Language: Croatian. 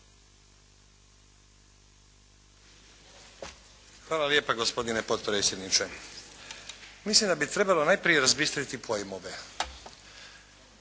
Hvala lijepa gospodine potpredsjedniče. Mislim da bi trebalo najprije razbistriti pojmove.